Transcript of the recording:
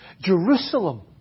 Jerusalem